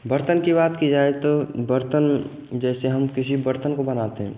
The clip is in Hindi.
बर्तन की बात की जाए तो बर्तन जैसे हम किसी बर्तन को बनाते हैं